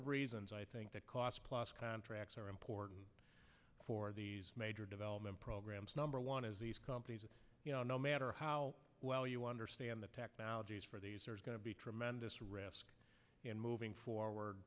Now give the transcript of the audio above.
of reasons i think that cost plus contracts are important for these major development programs number one as these companies no matter how well you understand the technologies for these are going to be tremendous risk in moving forward